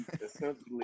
essentially